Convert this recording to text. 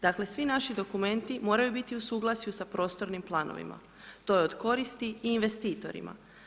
Dakle svi naši dokumenti moraju biti u suglasju sa prostornim planovima, to je od koristi i investitorima.